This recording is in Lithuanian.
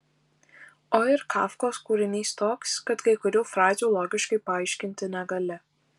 o ir kafkos kūrinys toks kad kai kurių frazių logiškai paaiškinti negali